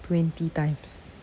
twenty times